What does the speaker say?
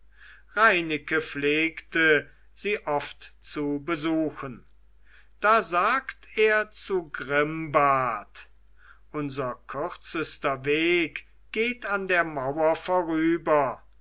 reineke pflegte sie oft zu besuchen da sagt er zu grimbart unser kürzester weg geht an der mauer vorüber